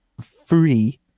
free